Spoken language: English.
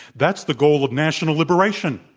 that's the goal of national liberation.